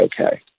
okay